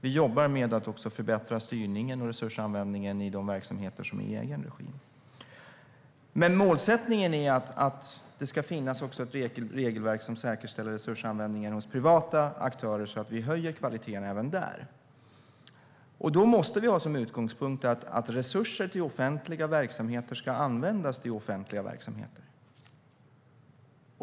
Vi jobbar också med att förbättra styrningen och resursanvändningen i de verksamheter som är i egen regi. Målsättningen är dock att det ska finnas ett regelverk som säkerställer resursanvändningen också hos privata aktörer så att vi höjer kvaliteten även där. Då måste vi ha som utgångspunkt att resurser till offentliga verksamheter ska användas till offentliga verksamheter.